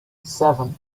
seven